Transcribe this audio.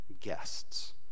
guests